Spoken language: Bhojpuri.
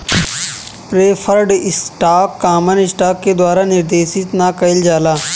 प्रेफर्ड स्टॉक कॉमन स्टॉक के द्वारा निर्देशित ना कइल जाला